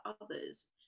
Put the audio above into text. others